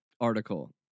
article